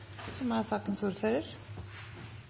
er at sakens